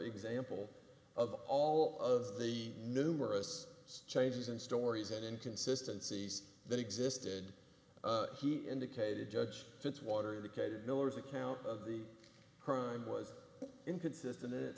example of all of the numerous changes in stories and inconsistency that existed he indicated judge fitzwater indicated miller's account of the crime was inconsistent at